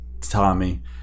Tommy